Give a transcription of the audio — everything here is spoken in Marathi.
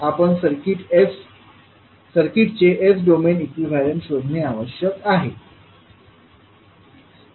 आपण सर्किट चे s डोमेन इक्विवलेंट शोधणे आवश्यक आहे